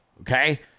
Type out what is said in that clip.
okay